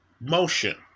motion